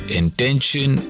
intention